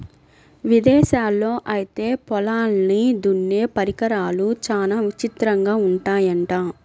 ఇదేశాల్లో ఐతే పొలాల్ని దున్నే పరికరాలు చానా విచిత్రంగా ఉంటయ్యంట